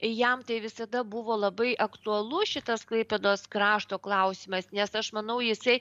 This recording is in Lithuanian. jam tai visada buvo labai aktualu šitas klaipėdos krašto klausimas nes aš manau jisai